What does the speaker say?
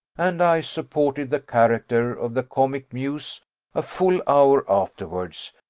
and i supported the character of the comic muse a full hour afterwards,